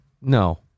No